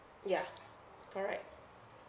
ya correct